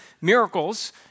miracles